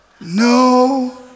no